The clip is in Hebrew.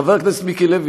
חבר הכנסת מיקי לוי,